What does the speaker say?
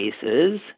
cases